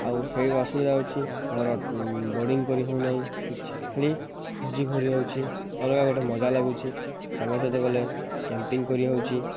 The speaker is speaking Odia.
ଆଉ ସେଇଠି ଅସୁବିଧା ହେଉଛି ଆମର ବୋଡ଼ିଂ କରି ହଉନାହିଁ କିଛି ଖାଲି ଭୋଜି କରି ହେଉଛି ଅଲଗା ଗୋଟେ ମଜା ଲାଗୁଛି ସାଙ୍ଗସହିତ ଗଲେ କ୍ୟାମ୍ପିଂ କରି ହେଉଛି